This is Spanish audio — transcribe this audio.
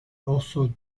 oso